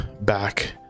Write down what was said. back